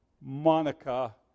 Monica